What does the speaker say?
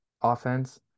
Offense